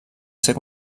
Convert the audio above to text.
ser